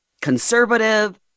conservative